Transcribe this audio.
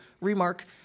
Remark